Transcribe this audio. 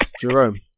Jerome